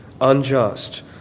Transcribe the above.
unjust